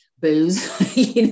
Booze